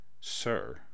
Sir